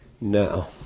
Now